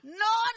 no